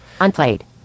unplayed